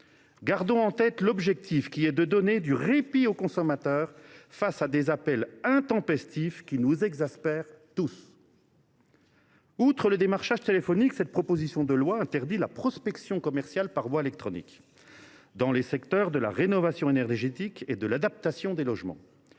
Gardons en tête l’objectif, qui est de donner du répit aux consommateurs face à des appels intempestifs, qui nous exaspèrent tous ! Outre le démarchage téléphonique, cette proposition de loi vise à interdire la prospection commerciale par voie électronique dans les secteurs de la rénovation énergétique et de l’adaptation des logements.